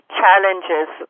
challenges